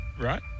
right